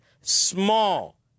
small